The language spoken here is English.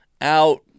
out